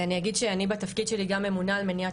אני אגיד שאני בתפקיד שלי גם ממונה על מניעת